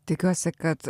tikiuosi kad